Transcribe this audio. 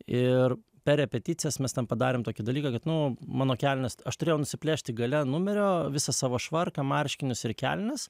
ir per repeticijas mes ten padarėm tokį dalyką kad nu mano kelnes aš turėjau nusiplėšti gale numerio visą savo švarką marškinius ir kelnes